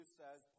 says